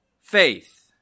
faith